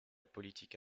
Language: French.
politique